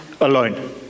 alone